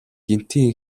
гэнэтийн